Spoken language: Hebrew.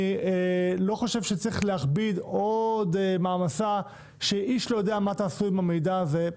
אני לא חושב שצריך להכביד עוד מעמסה שאיש לא יודע מה תעשו עם המידע הזה.